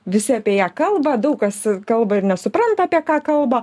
visi apie ją kalba daug kas kalba ir nesupranta apie ką kalba